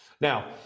Now